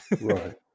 Right